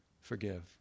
forgive